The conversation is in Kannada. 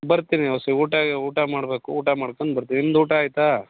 ಬರ್ತೀನಿ ವಸಿ ಊಟ ಊಟ ಮಾಡಬೇಕು ಊಟ ಮಾಡ್ಕಂಡು ಬರ್ತೀನಿ ನಿಮ್ದು ಊಟ ಆಯಿತಾ